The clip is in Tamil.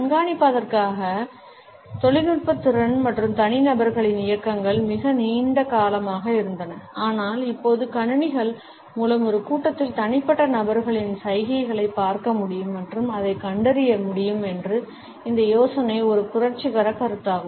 கண்காணிப்பதற்கான தொழில்நுட்ப திறன் மற்றும் தனிநபர்களின் இயக்கங்கள் மிக நீண்ட காலமாக இருந்தன ஆனால் இப்போது கணினிகள் மூலம் ஒரு கூட்டத்தில் தனிப்பட்ட நபர்களின் சைகைகளைப் பார்க்க முடியும் மற்றும் அதைக் கண்டறிய முடியும் என்ற இந்த யோசனை ஒரு புரட்சிகர கருத்தாகும்